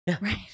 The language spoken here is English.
Right